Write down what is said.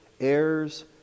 heirs